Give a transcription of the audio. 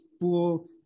full